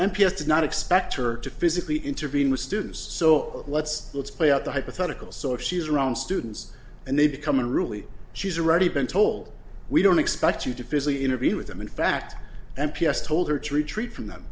s did not expect her to physically intervene with students so let's let's play out the hypothetical so if she is around students and they become unruly she's already been told we don't expect you to physically intervene with them in fact m p s told her to retreat from them